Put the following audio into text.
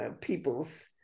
people's